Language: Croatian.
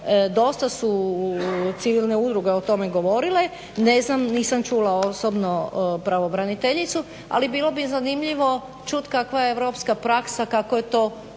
dosta su civilne udruge o tome govorile, ne znam nisam čula osobno pravobraniteljicu ali bilo bi zanimljivo čuti kakva je europska praksa, kako je to